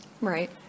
Right